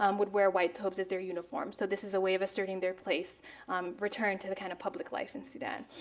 um would wear white thobes as their uniform. so this is a way of asserting their place return to the kind of public life in sudan.